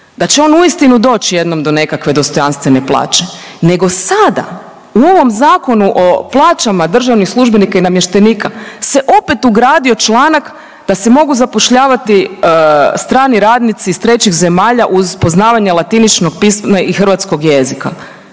da će on uistinu doći jednom do nekakve dostojanstvene plaće nego sada u ovom Zakonu o plaćama državnih službenika i namještenika se opet ugradio članak da se mogu zapošljavati strani radnici iz trećih zemalja uz poznavanje latiničnog pisma i hrvatskog jezika.